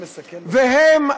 והם,